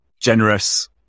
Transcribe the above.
generous